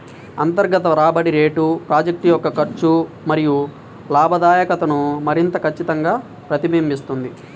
అంతర్గత రాబడి రేటు ప్రాజెక్ట్ యొక్క ఖర్చు మరియు లాభదాయకతను మరింత ఖచ్చితంగా ప్రతిబింబిస్తుంది